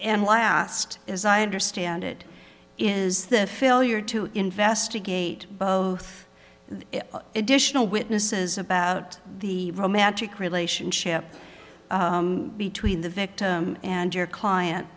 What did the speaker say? and last as i understand it is the failure to investigate both additional witnesses about the romantic relationship between the victim and your client